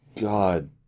God